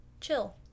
Chill